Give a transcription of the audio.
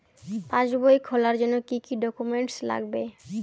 পাসবই খোলার জন্য কি কি ডকুমেন্টস লাগে?